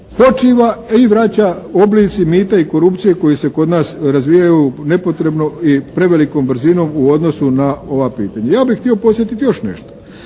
počiva i vraća oblici mita i korupcije koji se kod nas razvijaju nepotrebno i prevelikom brzinom u odnosu na ova pitanja. Ja bih htio podsjetiti još nešto.